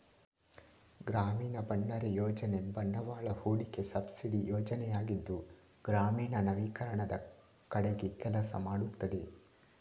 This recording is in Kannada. ಗ್ರಾಮೀಣ ಭಂಡಾರ ಯೋಜನೆ ಬಂಡವಾಳ ಹೂಡಿಕೆ ಸಬ್ಸಿಡಿ ಯೋಜನೆಯಾಗಿದ್ದು ಗ್ರಾಮೀಣ ನವೀಕರಣದ ಕಡೆಗೆ ಕೆಲಸ ಮಾಡುತ್ತದೆ